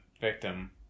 victim